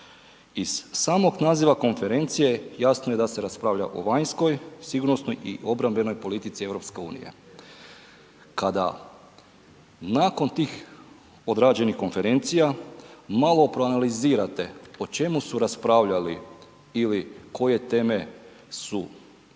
Iz samog naziva konferencije jasno je da se raspravlja o vanjskoj, sigurnosnoj i obrambenoj politici EU. Kada nakon tih odrađenih konferencija malo proanalizirate o čemu su raspravljali ili koje teme su